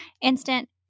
Instant